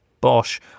Bosch